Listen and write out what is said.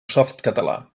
softcatalà